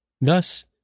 Thus